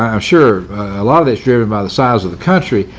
i'm sure a lot of that's driven by the size of the country.